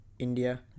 India